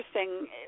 interesting